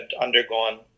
undergone